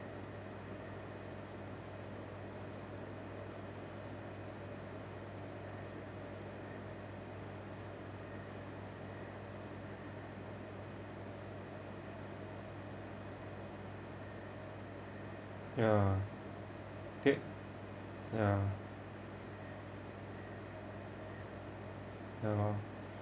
ya that ya ya lah